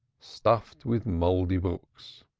stuffed with mouldy books.